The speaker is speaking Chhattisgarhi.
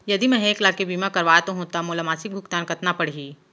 यदि मैं ह एक लाख के बीमा करवात हो त मोला मासिक भुगतान कतना पड़ही?